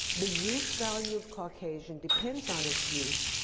the use value of caucasian depends on its use,